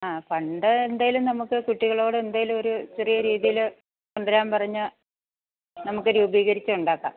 ആ ഫണ്ട് എന്തേലും നമുക്ക് കുട്ടികളോട് എന്തേലും ഒരു ചെറിയ രീതിയിൽ കൊണ്ടുവരാൻ പറഞ്ഞാൽ നമുക്ക് രൂപീകരിച്ച് ഉണ്ടാക്കാം